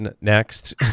next